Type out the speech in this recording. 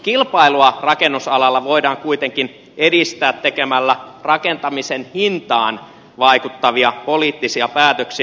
kilpailua rakennusalalla voidaan kuitenkin edistää tekemällä rakentamisen hintaan vaikuttavia poliittisia päätöksiä